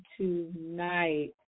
tonight